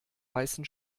weißen